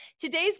Today's